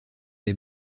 des